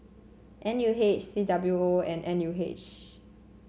N U H C W O and N U H